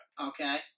Okay